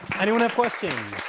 anyone have questions?